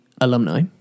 alumni